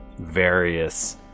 various